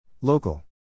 Local